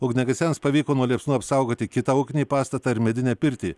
ugniagesiams pavyko nuo liepsnų apsaugoti kitą ūkinį pastatą ir medinę pirtį